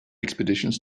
expeditions